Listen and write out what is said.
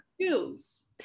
skills